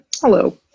Hello